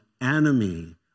enemy